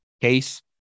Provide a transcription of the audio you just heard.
case